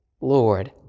Lord